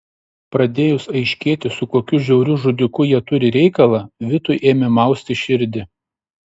pradėjus aiškėti su kokiu žiauriu žudiku jie turi reikalą vitui ėmė mausti širdį